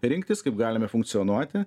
rinktis kaip galime funkcionuoti